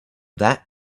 that